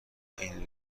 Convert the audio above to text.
این